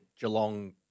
Geelong –